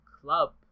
club